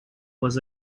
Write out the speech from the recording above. was